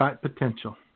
potential